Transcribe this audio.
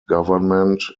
government